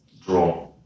Draw